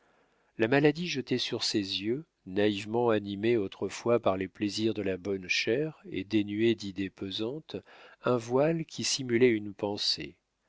la maladie jetait sur ses yeux naïvement animés autrefois par les plaisirs de la bonne chère et dénués d'idées pesantes un voile qui simulait une pensée